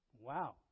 Wow